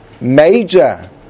Major